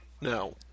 No